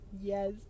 Yes